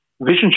vision